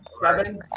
Seven